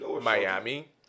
Miami